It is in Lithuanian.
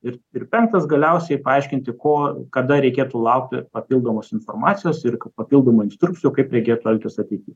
ir ir penktas galiausiai paaiškinti ko kada reikėtų laukti papildomos informacijos ir papildomų instrukcijų kaip reikėtų elgtis ateity